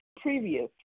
previous